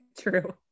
true